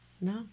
No